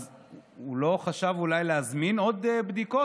הוא לא חשב אולי להזמין עוד בדיקות?